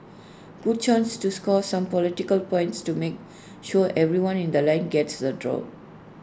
good chance to score some political points to make sure everyone in The Line gets the doll